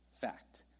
fact